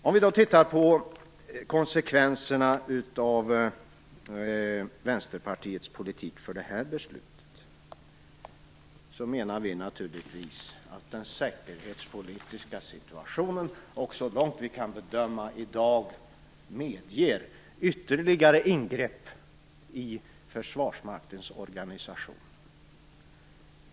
Om vi då tittar på konsekvenserna av Vänsterpartiets politik för det här beslutet menar vi vänsterpartister naturligtvis att den säkerhetspolitiska situationen så långt vi kan bedöma i dag medger ytterligare ingrepp i Försvarsmaktens organisation.